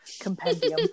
compendium